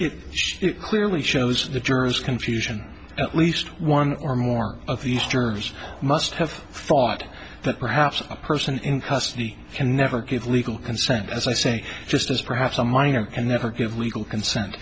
it clearly shows the jurors confusion at least one or more of these jurors must have thought that perhaps a person in custody can never give legal consent as i say just as perhaps a minor can ever give legal consent